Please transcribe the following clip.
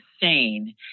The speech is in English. insane